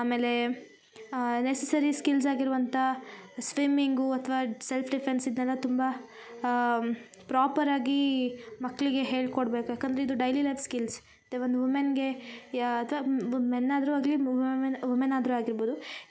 ಆಮೇಲೆ necessary skills ಆಗಿರುವಂಥ swimming ಅಥ್ವ ಸೆಲ್ಫ್ ಡಿಫೆನ್ಸ್ ಇದನ್ನೆಲ್ಲ ತುಂಬ ಪ್ರಾಪರ್ ಆ ಮಕ್ಕಳಿಗೆ ಹೇಳ್ಕೊಡ್ಬೇಕು ಯಾಕಂದರೆ ಇದು ಡೈಲಿ ಲೈಫ್ ಸ್ಕಿಲ್ಸ್ ಇದೆ ಒಂದು ವುಮೆನ್ಗೆ ಅಥ್ವ ಮೆನ್ ಆದರು ಆಗಲಿ ವುಮೆನ್ ಆದರೂ ಆಗಿರ್ಬೋದು ಯಾವುದೇ ರೀತಿ ಹರಾಝ್ಮೆಂಟ್